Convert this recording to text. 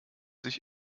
sich